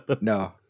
No